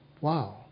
Wow